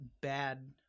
bad